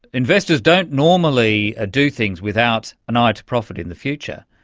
investors don't normally do things without an eye to profit in the future,